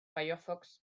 firefox